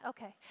Okay